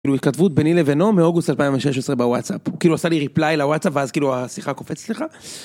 כאילו התכתבות ביני לבינו מאוגוסט 2016 בוואטסאפ הוא כאילו עשה לי ריפליי לוואטסאפ ואז כאילו השיחה קופצת לך.